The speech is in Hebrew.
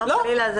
חס וחלילה.